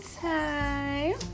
time